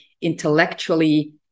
intellectually